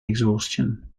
exhaustion